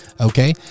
Okay